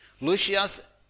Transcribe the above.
Lucius